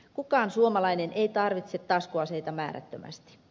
kukaan suomalainen ei tarvitse taskuaseita määrättömästi